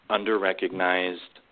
under-recognized